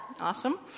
Awesome